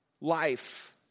life